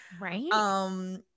Right